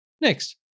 Next